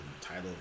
title